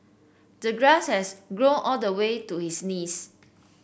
the grass has grown all the way to his knees